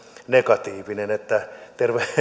negatiivinen että